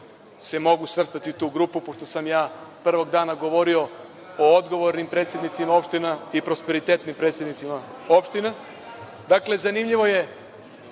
se mogu svrstati u grupu, pošto sam ja prvog dana govorio o odgovornim predsednicima opština i prosperitetnim predsednicima opština. Dakle, zanimljivo je